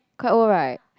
quite old right